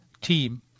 team